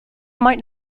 might